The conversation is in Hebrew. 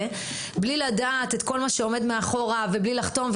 בלי לדעת את כל מה שעומד מאחור ובלי לחתום.